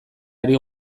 ari